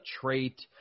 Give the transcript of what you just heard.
trait